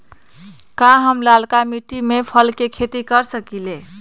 का हम लालका मिट्टी में फल के खेती कर सकेली?